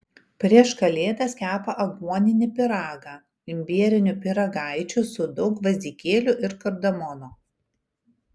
prieš kalėdas kepa aguoninį pyragą imbierinių pyragaičių su daug gvazdikėlių ir kardamono